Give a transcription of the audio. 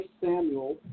Samuel